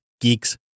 Geeks